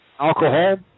Alcohol